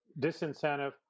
disincentive